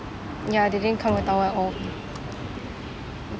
ya didn't come with towel at all